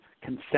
consent